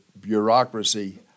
bureaucracy